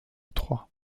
trois